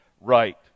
right